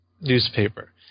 newspaper